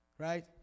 Right